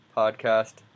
podcast